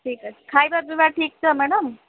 ଠିକ ଅଛି ଖାଇବା ପିଇବା ଠିକ ତ ମ୍ୟାଡମ